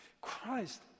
Christ